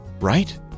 right